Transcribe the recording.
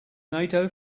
nato